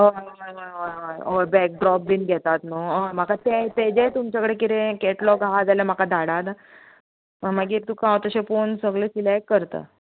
हय हय होय होय हय हय बॅक ड्रॉप बीन घेतात न्हू हय म्हाका तें तेजेंय तुमचे कडेन किदें कॅटलॉग आसा जाल्यार म्हाका धाडात मागीर तुका हांव तशें पळोवन सगलें सिलेक्ट करता